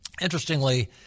Interestingly